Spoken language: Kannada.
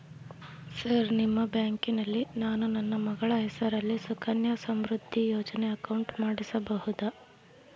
ಸರ್ ನಿಮ್ಮ ಬ್ಯಾಂಕಿನಲ್ಲಿ ನಾನು ನನ್ನ ಮಗಳ ಹೆಸರಲ್ಲಿ ಸುಕನ್ಯಾ ಸಮೃದ್ಧಿ ಯೋಜನೆ ಅಕೌಂಟ್ ಮಾಡಿಸಬಹುದಾ?